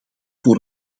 voor